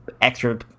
extra